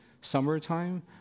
summertime